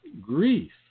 grief